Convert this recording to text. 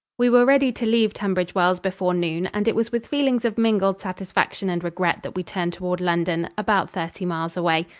we were ready to leave tunbridge wells before noon, and it was with feelings of mingled satisfaction and regret that we turned toward london, about thirty miles away.